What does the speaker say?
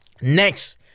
Next